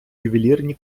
ювелірні